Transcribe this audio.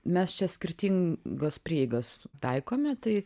mes čia skirtingas prieigas taikome tai